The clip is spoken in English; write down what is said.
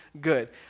good